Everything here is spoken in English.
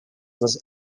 was